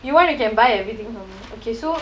you want you can buy everything from me okay so